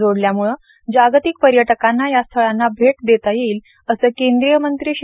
जोडल्याम्ळे जागतिक पर्यटकांना या स्थळांना भेट देता येईल असं केंद्रीय मंत्री श्री